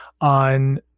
on